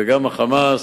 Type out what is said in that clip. וגם ה"חמאס"